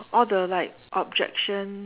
all the like objection